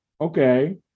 Okay